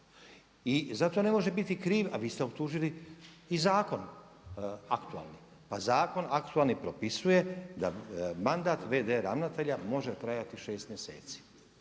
I zato ne može biti kriv, a vi ste optužili i zakon aktualni. Pa zakon aktualni propisuje da mandat VD ravnatelja može trajati 6 mjeseci.